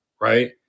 right